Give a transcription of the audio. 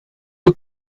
dio